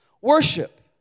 worship